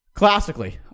Classically